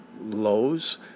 lows